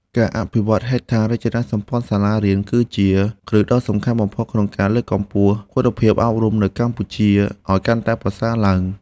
ការអភិវឌ្ឍហេដ្ឋារចនាសម្ព័ន្ធសាលារៀន គឺជាគ្រឹះដ៏សំខាន់បំផុតក្នុងការលើកកម្ពស់គុណភាពអប់រំនៅកម្ពុជាឱ្យកាន់តែប្រសើរឡើង។